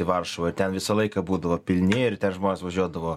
į varšuvą ten visą laiką būdavo pilni ir tie žmonės važiuodavo